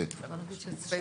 אדוני היועץ המשפטי,